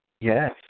Yes